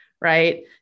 Right